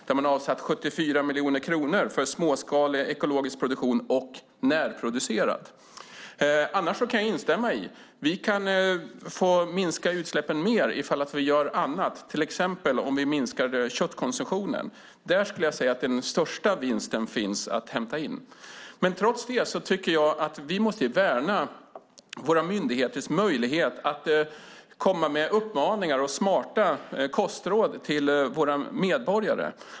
Där har man avsatt 74 miljoner kronor till småskalig ekologisk produktion och till närproducerat. För övrigt kan jag instämma i att vi kan minska utsläppen mer ifall vi gör annat, till exempel om vi minskar köttkonsumtionen. Där skulle jag vilja säga att den största vinsten finns att hämta. Trots detta tycker jag att vi måste värna våra myndigheters möjlighet att komma med uppmaningar och smarta kostråd till våra medborgare.